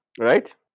right